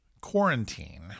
quarantine